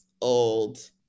old